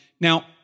Now